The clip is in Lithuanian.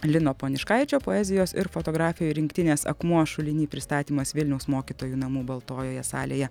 lino poniškaičio poezijos ir fotografijų rinktinės akmuo šuliny pristatymas vilniaus mokytojų namų baltojoje salėje